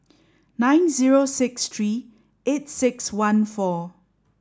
nine six three eight six one four